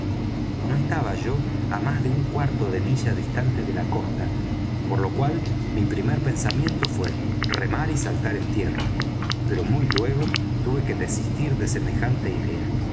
no estaba yo á más de un cuarto de milla distante de la costa por lo cual mi primer pensamiento fué remar y saltar en tierra pero muy luego tuve que desistir de semejante idea